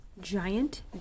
giant